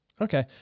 Okay